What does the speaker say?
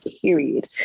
period